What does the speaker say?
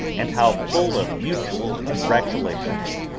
and how full of mutual congratulations,